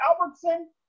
Albertson